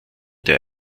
der